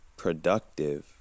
productive